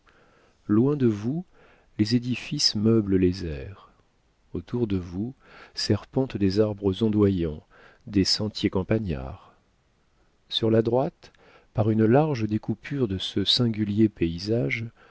loin de vous les édifices meublent les airs autour de vous serpentent des arbres ondoyants des sentiers campagnards sur la droite par une large découpure de ce singulier paysage